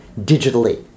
digitally